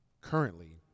currently